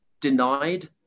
denied